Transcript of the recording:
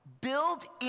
build